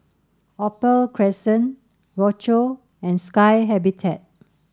Opal Crescent Rochor and Sky Habitat